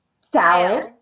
salad